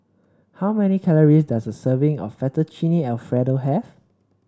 how many calories does a serving of Fettuccine Alfredo have